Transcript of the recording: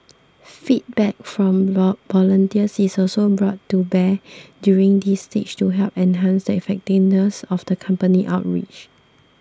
feedback from volunteers is also brought to bear during this stage to help enhance the effectiveness of the company's outreach